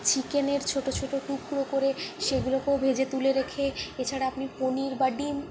চিকেনের ছোটো ছোটো টুকরো করে সেগুলোকেও ভেজে তুলে রেখে এছাড়া আপনি পনির বা ডিম